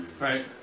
Right